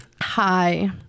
hi